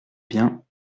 bien